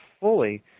fully